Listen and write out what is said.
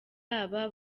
aba